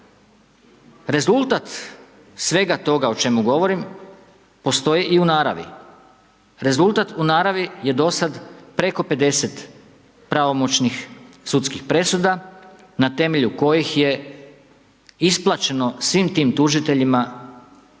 Rezultat svega toga o čemu govorim postoji u naravi. Rezultat u naravi je do sada preko 50 pravomoćnih sudanskih presuda, na temelju kojih je isplaćeno svim tim tužiteljima,